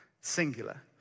singular